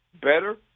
better